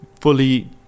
fully